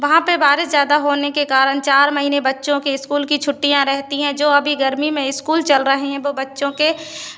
वहाँ पे बारिश ज़्यादा होने के कारण चार महीने बच्चों के इस्कूल की छुट्टियाँ रहती हैं जो अभी गर्मी में इस्कूल चल रहे हैं वो बच्चों के